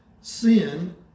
sin